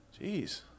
jeez